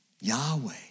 Yahweh